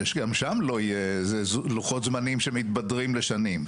שגם שם לא יהיה לוחות זמנים שמתבדרים לשנים.